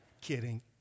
Kidding